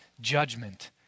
judgment